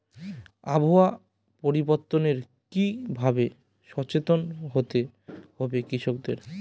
আবহাওয়া পরিবর্তনের কি ভাবে সচেতন হতে হবে কৃষকদের?